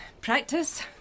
Practice